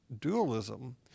dualism